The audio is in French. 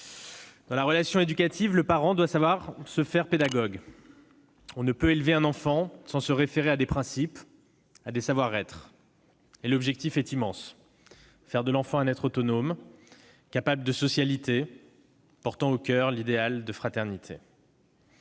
Dans la relation éducative, le parent doit savoir se faire pédagogue. On ne peut élever un enfant sans se référer à des principes, à des savoir-être. L'objectif est immense : faire de l'enfant un être autonome, capable de socialité, portant au coeur l'idéal de fraternité.